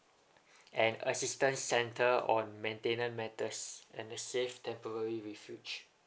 and assistance centre on maintenance matters and the safe temporary refuge